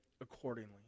accordingly